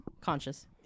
Conscious